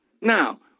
Now